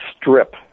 strip